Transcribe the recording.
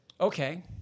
Okay